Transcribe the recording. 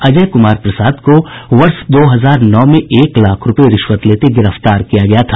अजय कुमार प्रसाद को वर्ष दो हजार नौ में एक लाख रूपये रिश्वत लेते गिरफ्तार किया गया था